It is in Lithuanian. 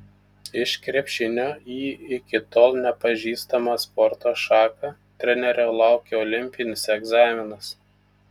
iš krepšinio į iki tol nepažįstamą sporto šaką trenerio laukia olimpinis egzaminas